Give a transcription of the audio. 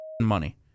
money